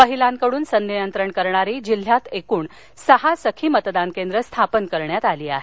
महिलांकडून संनियंत्रण करणारी जिल्ह्यात एकूण सहा सखी मतदान केंद्र स्थापन केली आहेत